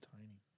tiny